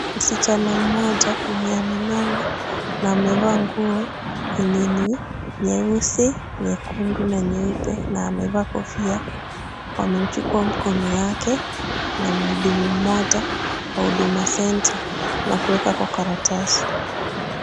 Msichana mmoja mwenye amenona na amevaa nguo yenye ni nyeusi, nyekundu na nyeupe na amevaa kofia, anauchukua mkono yake na muhudumu mmoja wa huduma center na kuweka kwa karatasi.